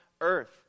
earth